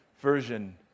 version